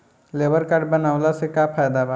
Labour card बनवाला से का फायदा बा?